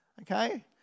Okay